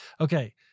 Okay